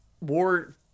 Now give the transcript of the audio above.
war